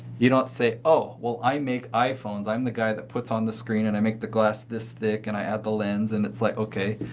you don't say, oh, well i make iphones. i'm the guy that puts on the screen and i make the glass this thick and i add the lens. and it's like, okay.